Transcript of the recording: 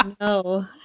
no